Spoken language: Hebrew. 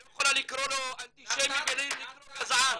היא לא יכולה לקרוא לו אנטישמי ולקרוא גזען.